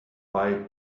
why